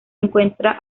encuentra